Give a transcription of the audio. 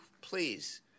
please